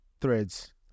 threads